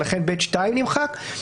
ולכן (ב)(2) נמחק,